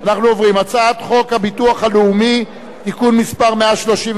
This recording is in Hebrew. אנחנו עוברים להצעת חוק הביטוח הלאומי (תיקון מס' 131,